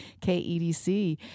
KEDC